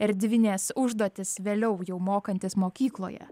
erdvinės užduotys vėliau jau mokantis mokykloje